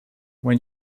when